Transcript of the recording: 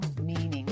meaning